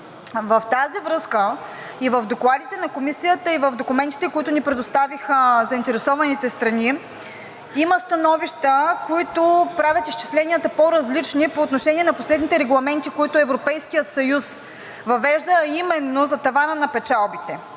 В тази връзка и в докладите на Комисията, и в документите, които ни предоставиха заинтересованите страни, има становища, които правят изчисленията по-различни по отношение на последните регламенти, които Европейският съюз въвежда, а именно за тавана на печалбите.